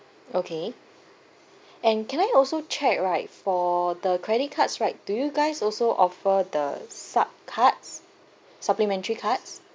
okay and can I also check right for the credit cards right do you guys also offer the supplementary cards supplementary cards